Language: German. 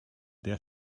der